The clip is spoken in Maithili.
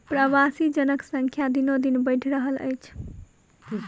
प्रवासी जनक संख्या दिनोदिन बढ़ि रहल अछि